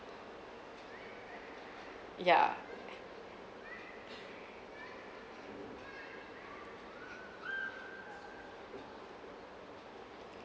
yeah